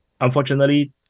unfortunately